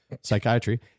Psychiatry